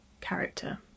character